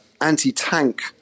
anti-tank